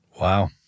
Wow